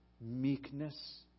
meekness